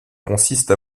consiste